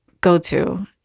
go-to